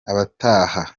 abataha